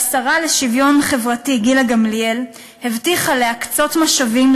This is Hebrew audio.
והשרה לשוויון חברתי גילה גמליאל הבטיחה להקצות משאבים